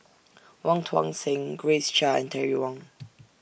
Wong Tuang Seng Grace Chia and Terry Wong